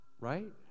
right